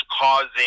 causing